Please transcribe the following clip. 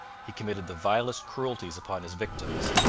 he committed the vilest cruelties upon his victims,